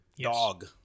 Dog